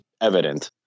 evident